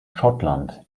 schottland